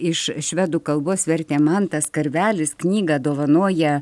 iš švedų kalbos vertė mantas karvelis knygą dovanoja